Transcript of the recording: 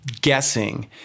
Guessing